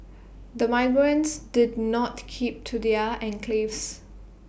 the migrants did not keep to their enclaves